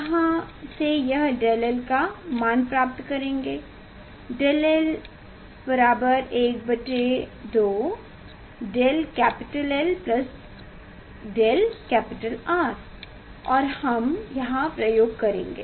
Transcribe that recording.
यहाँ से यह 𝝳l का मान प्राप्त करेंगे 𝝳l 12 𝝳L 𝝳R और हम यहाँ प्रयोग करेंगे